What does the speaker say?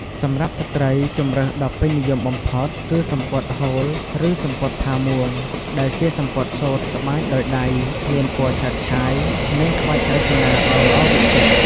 សម្រាប់ស្ត្រី ជម្រើសដ៏ពេញនិយមបំផុតគឺ សំពត់ហូល ឬ សំពត់ផាមួង ដែលជាសំពត់សូត្រត្បាញដោយដៃ មានពណ៌ឆើតឆាយ និងក្បាច់រចនាដ៏ល្អវិចិត្រ។